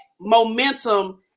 momentum